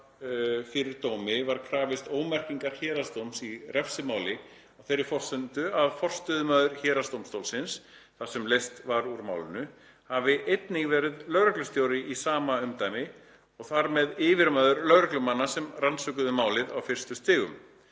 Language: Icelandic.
fyrir dómi var krafist ómerkingar héraðsdóms í refsimáli á þeirri forsendu að forstöðumaður héraðsdómstólsins, þar sem var leyst úr málinu, hafi einnig verið lögreglustjóri í sama umdæmi og þar með yfirmaður lögreglumanna sem rannsökuðu málið á fyrstu stigum.